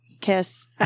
kiss